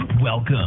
Welcome